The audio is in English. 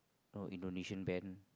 or Indonesian band